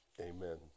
Amen